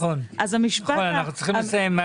נכון, אנחנו צריכים לסיים.